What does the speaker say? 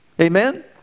amen